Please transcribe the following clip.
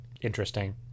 interesting